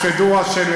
יש פרוצדורה של